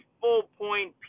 full-point